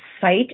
site